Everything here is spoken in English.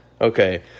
Okay